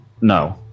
No